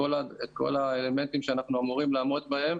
כל האלמנטים שאנחנו אמורים לעמוד בהם